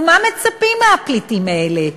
ומה מצפים מהפליטים האלה?